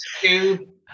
two